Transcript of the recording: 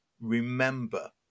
remember